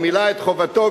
הוא מילא את חובתו,